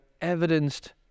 evidenced